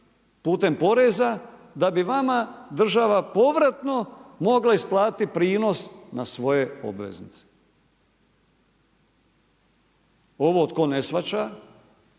putem poreza da bi vama država povratno mogla isplatiti prinos na svoje obveznice. Ovo tko ne shvaća